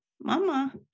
Mama